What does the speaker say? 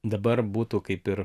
dabar būtų kaip ir